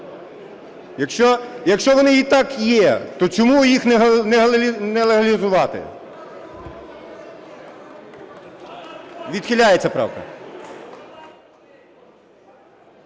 Якщо вони і так є, то чому їх не легалізувати? Відхиляється правка.